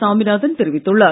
சாமிநாதன் தெரிவித்துள்ளார்